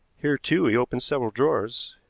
here, too, he opened several drawers.